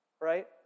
right